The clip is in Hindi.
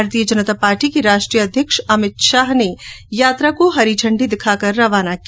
भारतीय जनता पार्टी के राष्ट्रीय अध्यक्ष अमित शाह ने यात्रा को झंडी दिखाकर रवाना किया